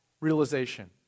realization